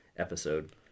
Episode